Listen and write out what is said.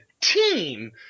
team